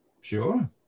Sure